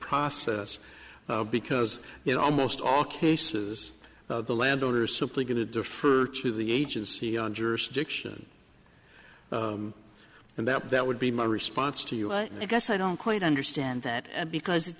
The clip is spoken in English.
process because you know almost all cases the landowner are simply going to defer to the agency on jurisdiction and that that would be my response to you and i guess i don't quite understand that because it